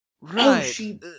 Right